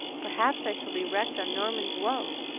perhaps i shall be wrecked on norman's woe,